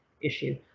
issue